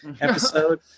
episode